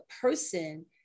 person